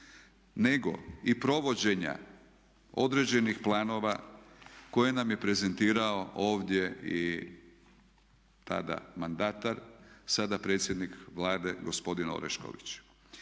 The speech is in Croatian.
nego i provođenja određenih planova koje nam je prezentirao ovdje i tada mandatar a sada predsjednik Vlade gospodin Orešković.